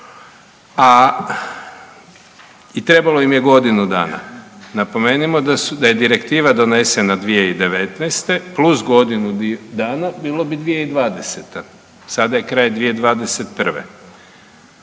I trebalo im je godinu dana. Napomenimo da je Direktiva donesena 2019. plus godinu dana bilo bi 2020. Sada je kraj 2021.